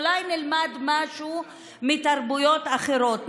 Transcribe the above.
אולי נלמד משהו מתרבויות אחרות,